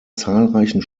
zahlreichen